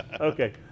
okay